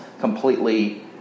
completely